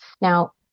Now